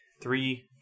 three